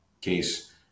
case